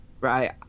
right